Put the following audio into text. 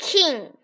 King